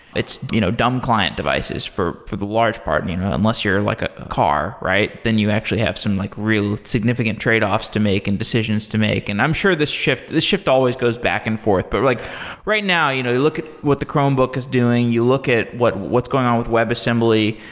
it's you know dumb client devices for for the large part. i mean, unless you're like a car, right? then you actually have some like real significant tradeoffs to make and decisions to make. and i'm sure this shift this shift always goes back and forth. but like right now, you know you look at what the chromebook is doing. you look at what's going on with webassembly.